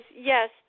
yes